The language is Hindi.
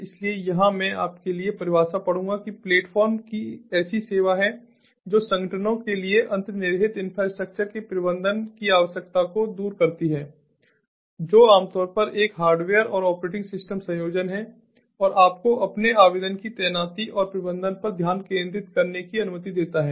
इसलिए यहां मैं आपके लिए परिभाषा पढ़ूंगा कि प्लेटफ़ॉर्म एक ऐसी सेवा है जो संगठनों के लिए अंतर्निहित इंफ्रास्ट्रक्चर के प्रबंधन की आवश्यकता को दूर करती है जो आमतौर पर एक हार्डवेयर और ऑपरेटिंग सिस्टम संयोजन है और आपको अपने आवेदन की तैनाती और प्रबंधन पर ध्यान केंद्रित करने की अनुमति देता है